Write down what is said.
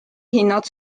hinnad